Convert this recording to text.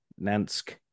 Nansk